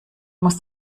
muss